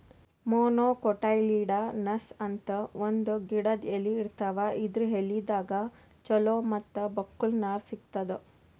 monocotyledonous ಅಂತ್ ಒಂದ್ ಗಿಡದ್ ಎಲಿ ಇರ್ತಾವ ಇದರ್ ಎಲಿದಾಗ್ ಚಲೋ ಮತ್ತ್ ಬಕ್ಕುಲ್ ನಾರ್ ಸಿಗ್ತದ್